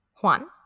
Juan